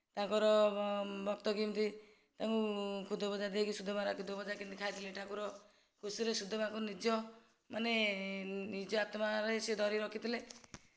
ତାଙ୍କର ଭକ୍ତ କେମିତି ତାଙ୍କୁ ଖୁଦ ଭଜା ଦେଇକି ସୁଦାମାର ଖୁଦ ଭଜା କେମିତି ଖାଇଥିଲେ ଠାକୁର ଖୁସିରେ ସୁଦାମାକୁ ନିଜ ମାନେ ନିଜ ଆତ୍ମାରେ ସେ ଧରି ରଖିଥିଲେ